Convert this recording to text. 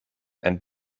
and